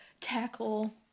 tackle